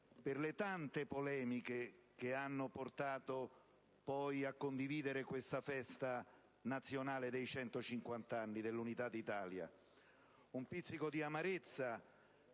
per le tante polemiche che hanno portato poi a condividere questa festa nazionale dei 150 anni dell'Unità d'Italia. Un pizzico di amarezza